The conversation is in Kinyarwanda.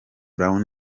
brown